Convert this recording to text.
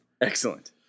Excellent